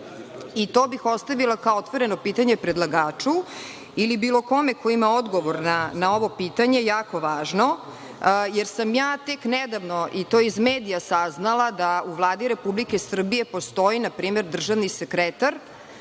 i to bih postavila kao otvoreno pitanje predlagaču, ili bilo kome ko ima odgovor na ovo pitanje jako važno, jer sam ja tek nedavno i to iz medija saznala da u Vladi Republike Srbije postoji npr. državni sekretar